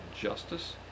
justice